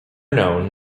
known